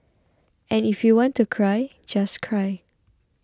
and if you want to cry just cry